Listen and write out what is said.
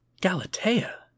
Galatea